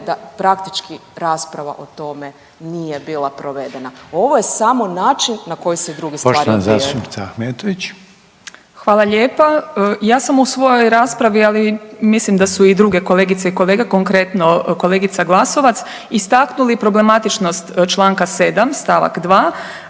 da praktički rasprava o tome nije bila provedena. Ovo je samo način na koji se druge stvari odvijaju. **Reiner, Željko (HDZ)** Poštovana zastupnica Ahmetović. **Ahmetović, Mirela (SDP)** Hvala lijepa. Ja sam u svojoj raspravi, ali mislim da su i druge kolegice i kolege, konkretno kolegica Glasovac istaknuli problematičnost članka 7. stavka 2.